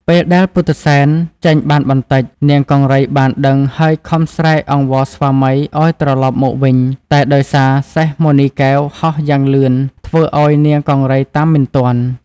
ពេលដែលពុទ្ធិសែនចេញបានបន្តិច នាងកង្រីបានដឹងហើយខំស្រែកអង្វរស្វាមីឲ្យត្រឡប់មកវិញ តែដោយសារសេះមណីកែវហោះយ៉ាងលឿនធ្វើឲ្យនាងកង្រីតាមមិនទាន់។